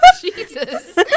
Jesus